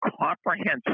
comprehensive